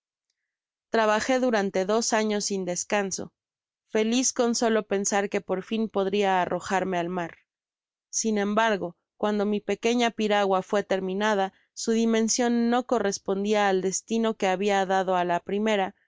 trabajé durante dos anos sin descanso feliz con solo pensar que por fin podria arrojarme al mar sin embargo cuando mi pequeña piragua fué terminada su dimension no correspondia al destino que habia dado á la primera